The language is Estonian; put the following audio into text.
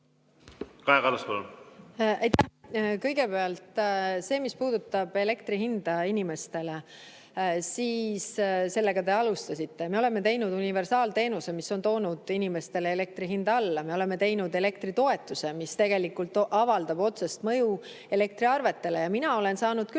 Kõigepealt see, mis puudutab elektri hinda inimestele. Sellega te alustasite. Me oleme teinud universaalteenuse, mis on toonud inimestele elektri hinda alla. Me oleme teinud elektritoetuse, mis avaldab otsest mõju elektriarvetele. Mina olen saanud küll